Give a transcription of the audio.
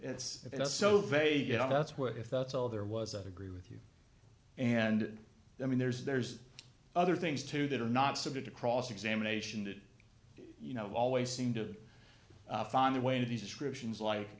was so very you know that's what if that's all there was that agree with you and i mean there's there's other things too that are not subject to cross examination that you know always seem to find their way to these descriptions like